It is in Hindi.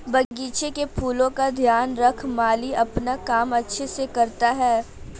बगीचे के फूलों का ध्यान रख माली अपना काम अच्छे से करता है